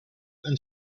and